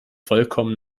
vollkommen